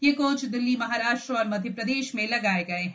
ये कोच दिल्लीए महाराष्ट्र और मध्य प्रदेश में लगाए गए है